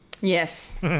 Yes